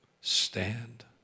stand